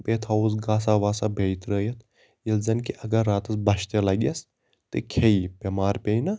بیٚیہِ تھاوٕ ہوٚس گاسا واسا بیٚیہِ تراوِتھ ییٚلہِ زَن کہِ اَگر راتَس بۄچھِ تہِ لَگٮ۪س تہٕ کھیٚیہِ یہِ بٮ۪مار پیٚیہِ نہٕ